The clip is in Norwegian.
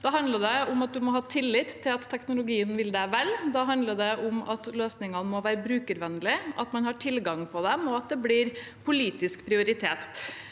Da handler det om at du må ha tillit til at teknologien vil deg vel, og om at løsningene må være brukervennlige, at man har tilgang på dem, og at det blir politisk prioritert.